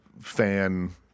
fan